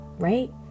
right